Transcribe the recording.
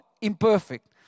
imperfect